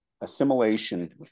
assimilation